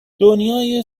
دنیای